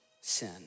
sin